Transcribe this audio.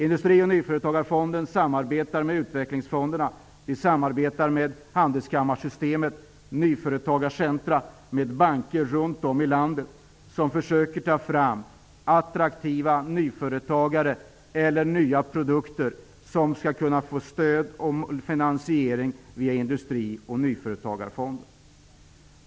Industri och nyföretagarfonden samarbetar med utvecklingsfonderna, handelskammarsystemet, nyföretagarcentrum och banker runt om i landet som försöker ta fram attraktiva nya företag eller nya produkter som skall kunna få stöd och finansiering via Industri och nyföretagarfonden.